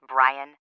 Brian